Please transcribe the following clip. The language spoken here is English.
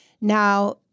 Now